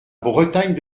bretagne